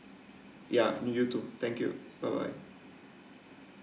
ya me you too thank you bye bye